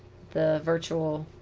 the virtual